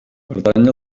pertany